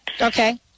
Okay